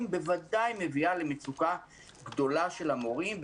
בוודאי מביאה למצוקה גדולה של המורים.